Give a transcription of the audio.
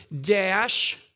dash